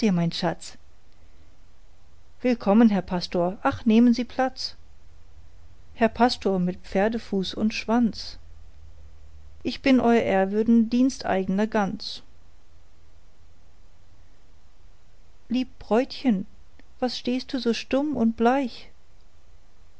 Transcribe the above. mein schatz willkommen herr pastor ach nehmen sie platz herr pastor mit pferdefuß und schwanz ich bin eur ehrwürden diensteigener ganz lieb bräutchen was stehst du so stumm und bleich